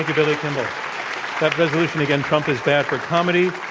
billy kimball. that resolution again, trump is bad for comedy.